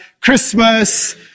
Christmas